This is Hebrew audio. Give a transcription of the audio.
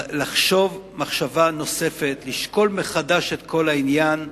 לחשוב מחשבה נוספת, לשקול מחדש את כל העניין,